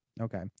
Okay